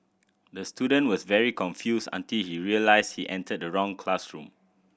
the student was very confused until he realised he entered the wrong classroom